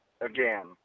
again